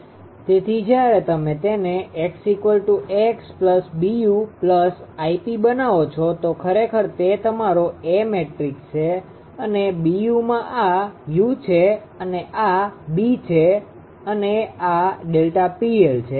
તેથી જ્યારે તમે તેને 𝑥̇ 𝐴𝑥 𝐵𝑢 Γ𝑝 બનાવો છો તો ખરેખર તે તમારો A મેટ્રિક્સ છે અને Buમાં આ u છે અને આ B છે અને આ Δ𝑃𝐿 છે